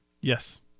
Yes